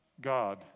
God